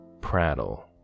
prattle